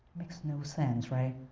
makes no sense right?